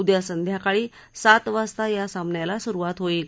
उद्या संध्याकाळी सात वाजता या सामन्याला सुरुवात होईल